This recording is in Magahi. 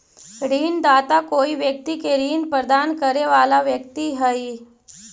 ऋणदाता कोई व्यक्ति के ऋण प्रदान करे वाला व्यक्ति हइ